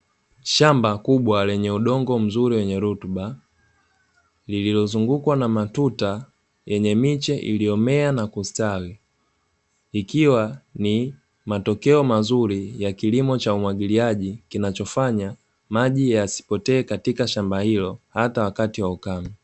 Shamba kubwa lenye udongo mzuri wenye rutuba lililozungukwa na matuta yenye miche iliyomea na kustawi, ikiwa ni matokeo mazuri ya kilimo cha umwagiliaji kinachofanya maji yasipotee katika shamba hilo hata wakati wa ukame.